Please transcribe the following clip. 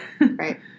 Right